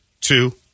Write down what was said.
two